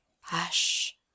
Hush